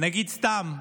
נגיד סתם,